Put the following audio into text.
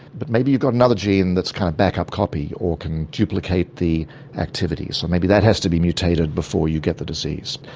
but maybe you've got another gene that's a kind of backup copy or can duplicate the activity, so maybe that has to be mutated before you get the disease.